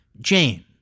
Jane